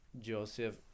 Joseph